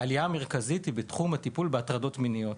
העלייה המרכזית היא בתחום הטיפול בהטרדות מיניות.